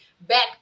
back